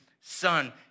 son